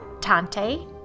Tante